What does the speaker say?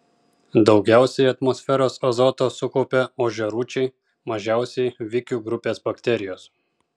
daugiausiai atmosferos azoto sukaupia ožiarūčiai mažiausiai vikių grupės bakterijos